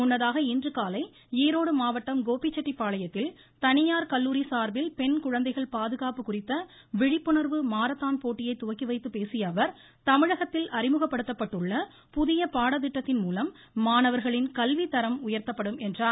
முன்னதாக இன்றுகாலை ஈரோடு மாவட்டம் கோபிச்செட்டிப்பாளையத்தில் தனியார் கல்லூரி சார்பில் பெண் குழந்தைகள் பாதுகாப்பு குறித்த விழிப்புணர்வு மாரத்தான் போட்டியை துவக்கி வைத்துப் பேசிய அவர் தமிழகத்தில் அறிமுகப்படுத்தப்பட்டுள்ள புதிய பாடத்திட்டத்தின் மூலம் மாணவர்களின் கல்வித்தரம் உயர்த்தப்படும் என்றார்